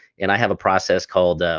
and i have a process called